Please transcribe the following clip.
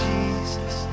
Jesus